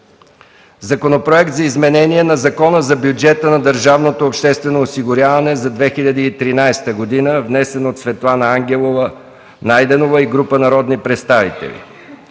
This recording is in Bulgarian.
Законопроект за изменение на Закона за бюджета на държавното обществено осигуряване за 2013 г., внесен от Светлана Ангелова Найденова и група народни представители.